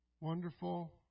wonderful